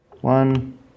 One